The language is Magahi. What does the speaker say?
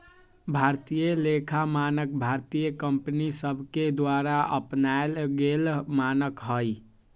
भारतीय लेखा मानक भारतीय कंपनि सभके द्वारा अपनाएल गेल मानक हइ